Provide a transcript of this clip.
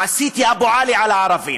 עשיתי אבו עלי על הערבים.